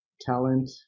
talent